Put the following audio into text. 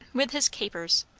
with his capers?